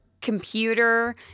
computer